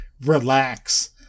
relax